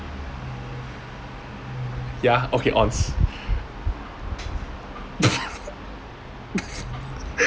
ya okay onz